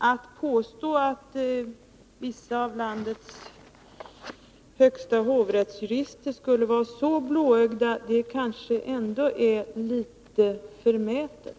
Att påstå att vissa av landets högsta hovrättsjurister skulle vara så blåögda kanske ändå är litet förmätet.